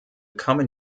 common